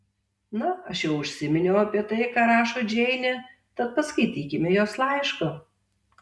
na aš jau užsiminiau apie tai ką rašo džeinė tad paskaitykime jos laišką